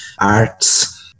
arts